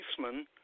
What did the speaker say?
policeman